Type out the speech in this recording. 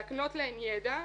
להקנות להן ידע,